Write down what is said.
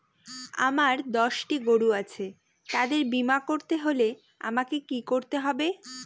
আমার দশটি গরু আছে তাদের বীমা করতে হলে আমাকে কি করতে হবে?